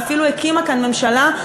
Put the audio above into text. ואפילו הקימה כאן ממשלה,